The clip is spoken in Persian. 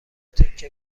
تکه